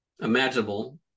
imaginable